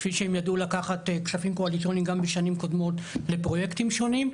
כפי שהם ידעו לקחת כספים קואליציוניים גם בשנים קודמות לפרויקטים שונים,